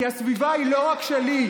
כי הסביבה היא לא רק שלי,